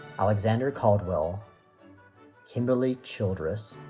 alexander caldwell kimberly childress,